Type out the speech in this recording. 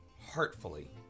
heartfully